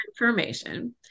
information